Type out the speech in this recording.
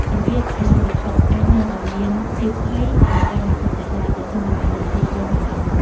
សម្ពាធហិរញ្ញវត្ថុអាចនាំឲ្យមានភាពភ័យ និងការបាក់ទឹកចិត្តដែរ ប្រសិនបើមិនគ្រប់គ្រងបានល្អ។